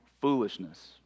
foolishness